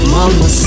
Mama